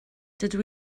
dydw